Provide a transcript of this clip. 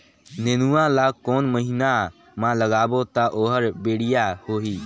नेनुआ ला कोन महीना मा लगाबो ता ओहार बेडिया होही?